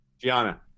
Gianna